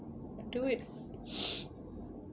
and do it